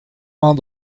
all